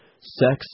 Sex